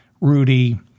Rudy